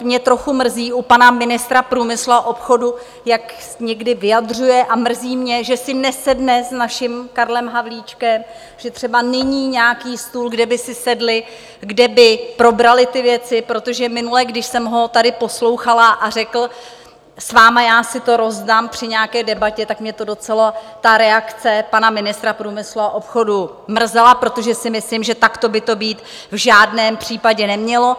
Mě trochu mrzí u pana ministra průmyslu a obchodu, jak se někdy vyjadřuje, a mrzí mě, že si nesedne s naším Karlem Havlíčkem, že třeba není nějaký stůl, kde by si sedli, kde by probrali ty věci, protože minule, když jsem ho tady poslouchala, a řekl, s vámi já si to rozdám při nějaké debatě, tak mě to docela, ta reakce pana ministra průmyslu a obchodu, mrzela, protože si myslím, že takto by to být v žádném případě nemělo.